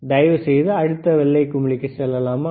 தயவுசெய்து அடுத்த வெள்ளை குமிழிக்கு செல்ல முடியுமா